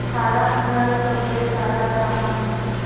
form घर सबले जादा कहां हे